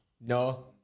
No